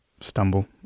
stumble